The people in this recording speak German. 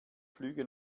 flüge